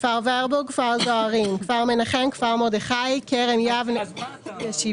כפר ורבורג כפר זוהרים כפר מנחם כפר מרדכי כרם יבנה (ישיבה)